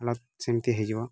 lock ସେମିତି ହେଇଯିବ